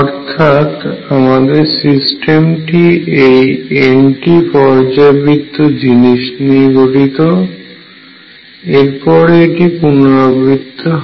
অর্থাৎ আমাদের সিস্টেমটি এই N টি পর্যায়বৃত্ত জিনিস নিয়ে গঠিত এরপর এটি পুনরাবৃত্ত হয়